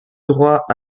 droit